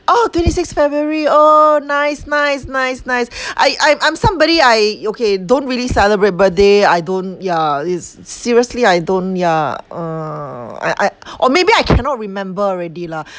orh twenty six february oh nice nice nice nice I I I'm somebody I okay don't really celebrate birthday I don't ya it's seriously I don't yeah uh I I or maybe I cannot remember already lah